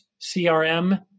CRM